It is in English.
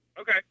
okay